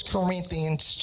Corinthians